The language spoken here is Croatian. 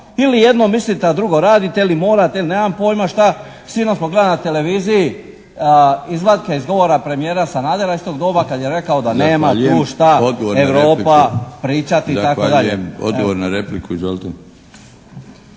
Ili jedno mislite, a drugo radite ili morate ili nemam pojma šta. Sinoć sam gledao na televiziji izvatke iz govora premijera Sanadera iz tog doba kad je rekao da nema tu šta … **Milinović, Darko